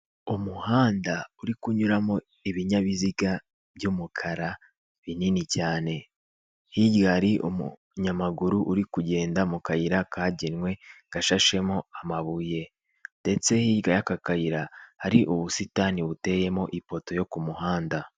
Umuhanda uri kunyuramo ibinyabiziga by'umukara, binini cyane. Hirya hari umunyamaguru uri kugenda mu kayira kagenwe, gashashemo amabuye. Ndetse hirya y'aka kayira hari ubusitani buteyemo ifoto yo ku muhanda.